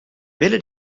willen